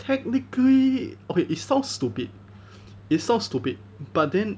technically okay it sounds stupid it sounds stupid but then